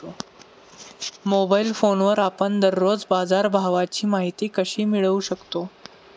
Mobile फोनवर आपण दररोज बाजारभावाची माहिती कशी मिळवू शकतो?